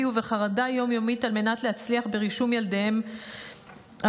ובחרדה יום-יומית על מנת להצליח ברישום ילדם הרך.